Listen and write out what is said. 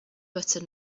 butter